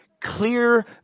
clear